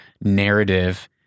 narrative